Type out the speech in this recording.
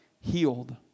healed